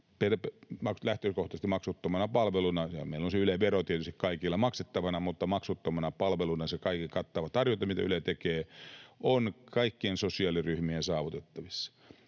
lähtökohtaisesti maksuttomana palveluna. Meillä on tietysti se Yle-vero kaikilla maksettavana, mutta maksuttomana palveluna se kaiken kattava tarjonta, mitä Yle tekee, on kaikkien sosiaaliryhmien saavutettavissa.